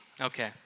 Okay